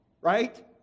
Right